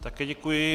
Také děkuji.